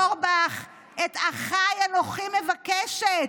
ניר אורבך, את אחיי אנוכי מבקשת.